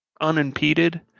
unimpeded